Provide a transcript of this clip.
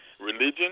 religion